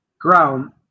ground